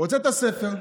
הוצאת ספר.